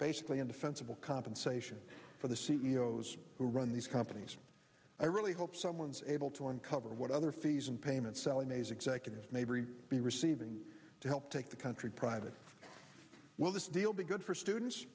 basically indefensible compensation for the c e o s who run these companies i really hope someone's able to uncover what other fees and payments sallie mae's executives may very be receiving to help take the country private will this deal be good for students